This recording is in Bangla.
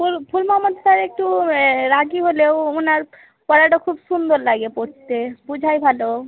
ফুল ফুল মহাম্মাদ স্যার একটু রাগী হলেও ওনার পড়াটা খুব সুন্দর লাগে পড়তে বোঝায় ভালো